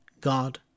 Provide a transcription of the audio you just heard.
God